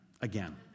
again